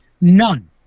none